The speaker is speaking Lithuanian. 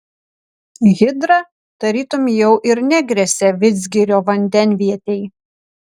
hidra tarytum jau ir negresia vidzgirio vandenvietei